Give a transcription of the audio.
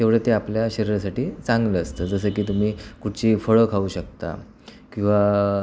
तेवढं ते आपल्या शरीरासाठी चांगलं असतं जसं की तुम्ही कुठची फळं खाऊ शकता किंवा